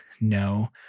No